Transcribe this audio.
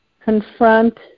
confront